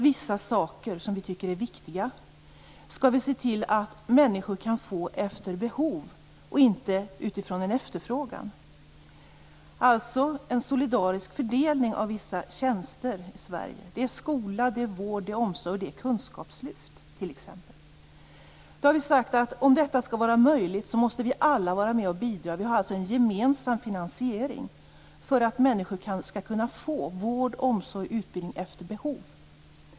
Vissa saker som vi tycker är viktiga skall vi se till att människor kan få efter behov, inte utifrån efterfrågan - alltså en solidarisk fördelning av vissa tjänster i Sverige. Det gäller t.ex. skola, vård, omsorg och kunskap. Vi har sagt att om detta skall vara möjligt måste vi alla vara med och bidra. Vi har alltså en gemensam finansiering för att människor skall kunna få vård, omsorg och utbildning efter behov.